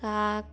কাক